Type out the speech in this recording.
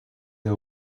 der